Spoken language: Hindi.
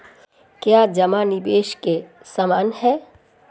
क्या जमा निवेश के समान है?